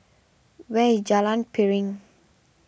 where is Jalan Piring